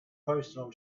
personal